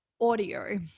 audio